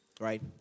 Right